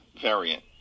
variant